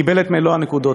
קיבל את מלוא הנקודות.